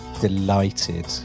delighted